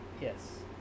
Yes